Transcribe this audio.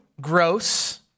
gross